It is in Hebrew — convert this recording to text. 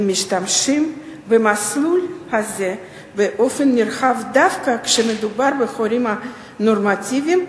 הן משתמשות במסלול הזה באופן נרחב דווקא כשמדובר בהורים הנורמטיבים,